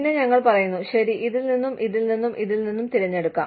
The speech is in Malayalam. പിന്നെ ഞങ്ങൾ പറയുന്നു ശരി ഇതിൽ നിന്നും ഇതിൽ നിന്നും ഇതിൽ നിന്നും തിരഞ്ഞെടുക്കാം